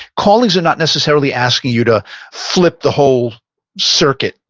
callings are not necessarily asking you to flip the whole circuit.